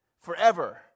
forever